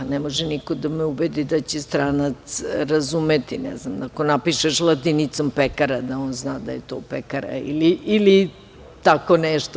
Ne može niko da me ubedi da će stranac razumeti ako napišeš latinicom pekara, da on zna da je to pekara ili tako nešto.